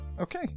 Okay